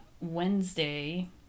Wednesday